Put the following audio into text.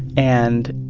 and